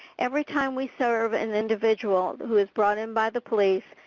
every time we serve an individual who was brought in by the police,